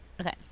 Okay